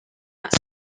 out